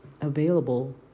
available